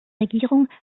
regierung